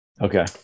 Okay